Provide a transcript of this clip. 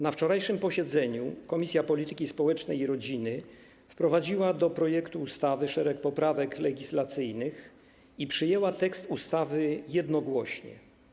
Na wczorajszym posiedzeniu Komisja Polityki Społecznej i Rodziny wprowadziła do projektu ustawy szereg poprawek legislacyjnych i przyjęła tekst ustawy jednogłośnie.